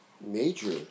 major